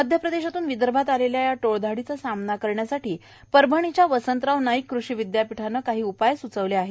मध्य प्रदेशातून विदर्भात आलेल्या टोळधाडीचा सामना करण्यासाठी परभणीच्या वसंतराव नाईक कृषी विद्यापीठानं विविध उपाय सूचवले आहेत